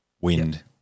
wind